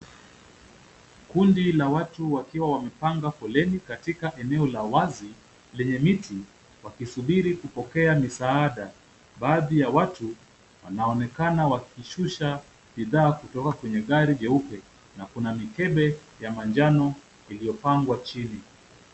Kundi la watu wakiwa wamepanga foleni katika eneo la wazi lenye miti wakisubiri kupokea misaada baadhi ya watu wanaonekana wakishusha bidhaa kutoka kwenye gari jeupe na kuna mikebe ya manjano iliyopangwa chini.